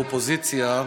את האופוזיציה,